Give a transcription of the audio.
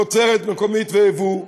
תוצרת מקומית ויבוא,